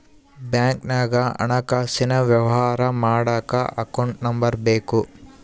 ಬ್ಯಾಂಕ್ನಾಗ ಹಣಕಾಸಿನ ವ್ಯವಹಾರ ಮಾಡಕ ಅಕೌಂಟ್ ನಂಬರ್ ಬೇಕು